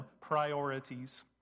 priorities